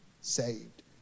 saved